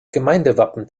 gemeindewappen